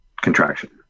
contraction